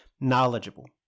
knowledgeable